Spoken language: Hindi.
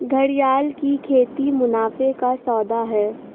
घड़ियाल की खेती मुनाफे का सौदा है